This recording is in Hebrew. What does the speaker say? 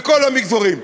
לכל המגזרים.